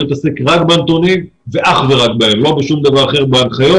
לעסוק רק בנתונים ואך ורק בהם ולא בשום דבר אחר בהנחיות.